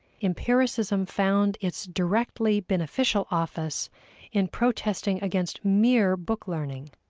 empiricism found its directly beneficial office in protesting against mere book learning.